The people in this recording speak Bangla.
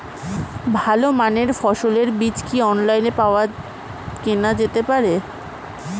ভালো মানের ফসলের বীজ কি অনলাইনে পাওয়া কেনা যেতে পারে?